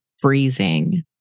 freezing